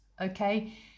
okay